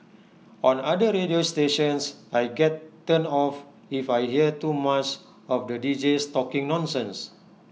on other radio stations I get turned off if I hear too much of the Deejays talking nonsense